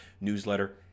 newsletter